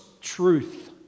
truth